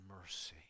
mercy